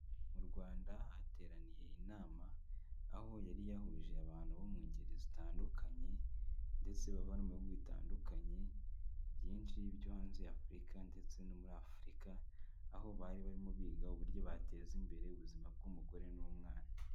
Mu Rwanda hateraniye inama aho yari yahuje abantu bo mu ngeri zitandukanye ndetse bava no mu bihugu bitandukanye byinshi byo hanze ya Afurika ndetse no muri Afurika, aho bari barimo biga uburyo bateza imbere ubuzima bw'umugore n'umwana.